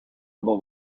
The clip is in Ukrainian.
або